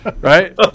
right